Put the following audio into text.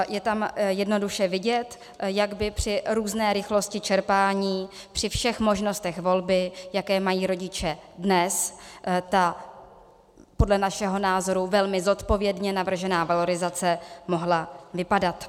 Je tam jednoduše vidět, jak by při různé rychlosti čerpání, při všech možnostech volby, jaké mají rodiče dnes, ta podle našeho názoru velmi zodpovědně navržená valorizace mohla vypadat.